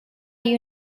you